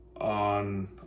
on